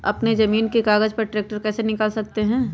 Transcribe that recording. अपने जमीन के कागज पर ट्रैक्टर कैसे निकाल सकते है?